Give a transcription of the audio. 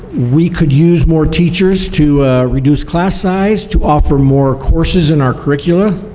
we could use more teachers to reduce class size, to offer more courses in our curricula.